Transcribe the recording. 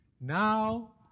now